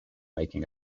making